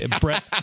Brett